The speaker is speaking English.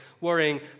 worrying